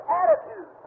attitude